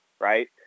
right